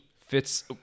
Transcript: Fitz